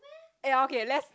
eh ya okay let's